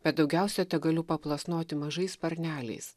bet daugiausia tegaliu paplasnoti mažais sparneliais